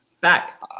back